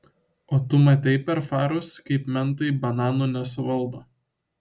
o tu matei per farus kaip mentai bananų nesuvaldo